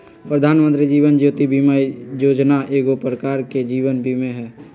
प्रधानमंत्री जीवन ज्योति बीमा जोजना एगो प्रकार के जीवन बीमें हइ